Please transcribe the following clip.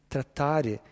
trattare